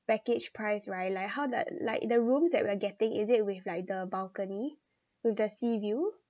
package price right like how that like the rooms that we are getting is it with like the balcony with the sea view